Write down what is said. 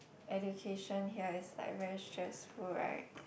education here is like very stressful right